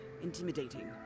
intimidating